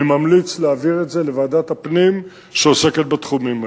אני ממליץ להעביר את הנושא לוועדת הפנים שעוסקת בתחומים האלה.